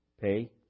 pay